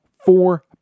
four